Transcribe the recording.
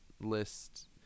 list